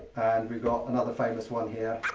and we've got another famous one here.